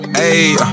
ayy